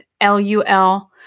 L-U-L